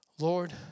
Lord